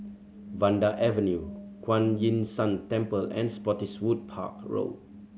Vanda Avenue Kuan Yin San Temple and Spottiswoode Park Road